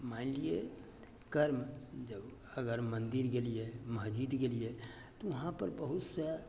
मानि लिअ कर्म जँ अगर मन्दिर गेलियै मस्जिद गेलियै तऽ वहाँपर बहुत सा